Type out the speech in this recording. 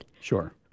Sure